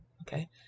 Okay